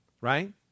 right